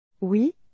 Oui